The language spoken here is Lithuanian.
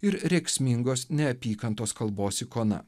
ir rėksmingos neapykantos kalbos ikona